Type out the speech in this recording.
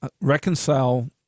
reconcile